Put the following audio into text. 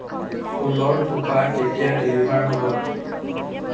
ফুলৰ থোপা কেতিয়া ডেলিভাৰ হ'ব